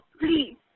please